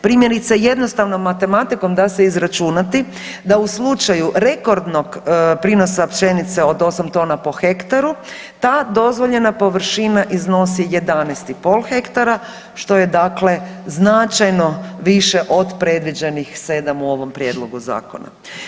Primjerice, jednostavnom matematikom da se izračunati, da u slučaju rekordnog prinosa pšenice od 8 tona po hektaru, ta dozvoljena površina iznosi 11,7 hektara, što je dakle značajno više od predviđenih 7 u ovom Prijedlogu zakona.